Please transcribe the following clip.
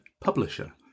publisher